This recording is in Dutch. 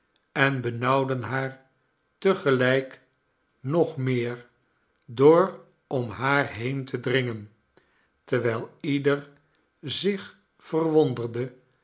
en benauwden haar te gelijk nog meer door om haar heente dringen terwijl ieder zich verwonderde